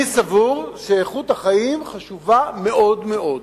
אני סבור שאיכות החיים חשובה מאוד מאוד,